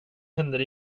händer